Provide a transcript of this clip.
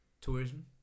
tourism